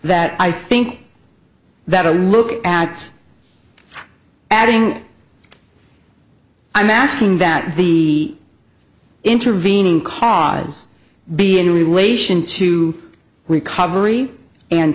that i think that a look at adding i'm asking that the intervening cause be in relation to recovery and